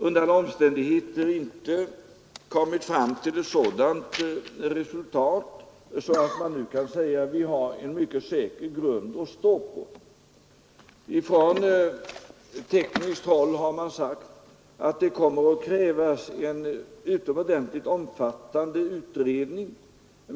Under alla omständigheter föreligger inte ett sådant resultat att vi nu kan säga att vi har en mycket säker grund att stå på. Från tekniskt håll har man sagt att det kommer att krävas en utomordentligt omfattande utredning.